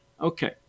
Okay